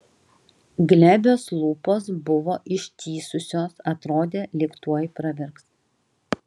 glebios lūpos buvo ištįsusios atrodė lyg tuoj pravirks